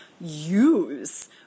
use